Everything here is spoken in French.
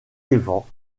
evans